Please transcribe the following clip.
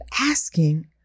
asking